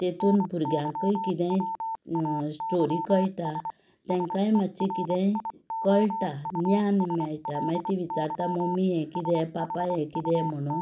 तातून भुरग्यांकूय कितेंय स्टोरी कळटा तांकांय मातशें कितेंय कळटा ज्ञान मेळटा मागीर ती विचारता मम्मी हें कितें पापा हें कितें म्हूण